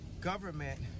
government